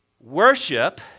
worship